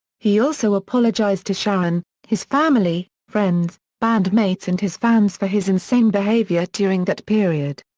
he also apologised to sharon, his family, friends, band mates and his fans for his insane behaviour during that period.